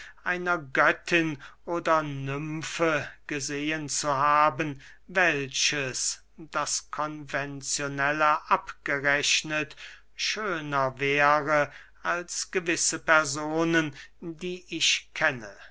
einer göttin oder nymfe gesehen zu haben welches das konvenzionelle abgerechnet schöner wäre als gewisse personen die ich kenne